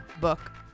book